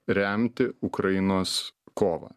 remti ukrainos kovą